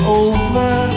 over